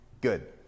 Good